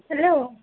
hello